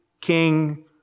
King